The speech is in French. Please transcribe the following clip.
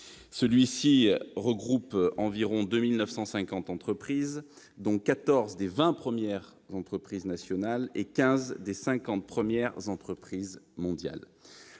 Celui-ci regroupe environ 2 950 entreprises, dont 14 des 20 premières entreprises nationales et 15 des 50 premières entreprises mondiales.